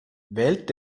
wählt